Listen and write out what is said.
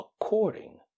according